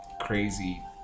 crazy